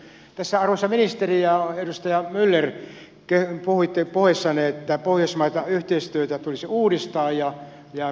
tässä arvoisa ministeri ja edustaja myller puhuitte puheissanne että pohjoismaista yhteistyötä tulisi uudistaa ja brändiä parantaa